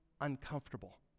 uncomfortable